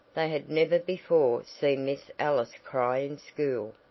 they had never before seen miss ellis cry in school.